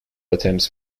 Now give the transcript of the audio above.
attempts